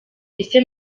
ese